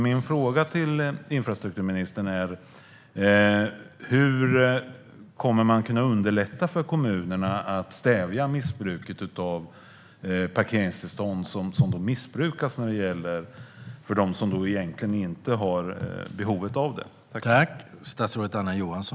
Min fråga till infrastrukturministern är: Hur kommer man att kunna underlätta för kommunerna att stävja missbruk av parkeringstillstånd av personer som egentligen inte har behov av dem?